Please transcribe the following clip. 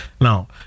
Now